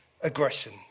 aggression